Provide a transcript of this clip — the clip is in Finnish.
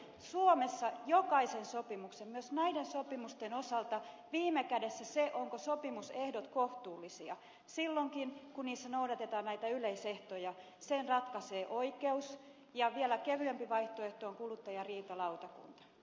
suomessa jokaisen sopimuksen myös näiden sopimusten osalta viime kädessä sen ovatko sopimusehdot kohtuullisia silloinkin kun niissä noudatetaan näitä yleisehtoja ratkaisee oikeus ja vielä kevyempi vaihtoehto on kuluttajariitalautakunta